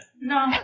No